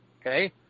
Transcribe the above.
Okay